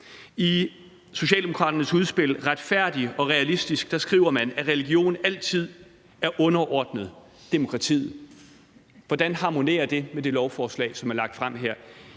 I Socialdemokraternes udspil »Retfærdig og realistisk« skriver man, at religion altid er underordnet demokratiet. Hvordan harmonerer det med det lovforslag, som er lagt frem her?